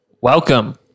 Welcome